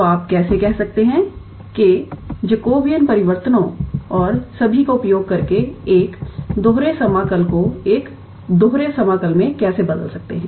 तो आप कैसे कह सकते हैं कि जैकबियन परिवर्तनों और सभी का उपयोग करके एक दोहरे समाकल को एक दोहरे समाकल में कैसे बदल सकते हैं